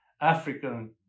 African